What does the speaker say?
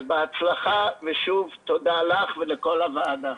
בהצלחה, ושוב תודה לך ולכל הוועדה.